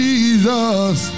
Jesus